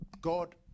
God